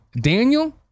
Daniel